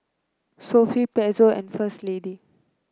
Sofy Pezzo and First Lady